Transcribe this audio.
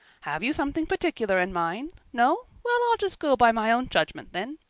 have you something particular in mind? no? well, i'll just go by my own judgment then.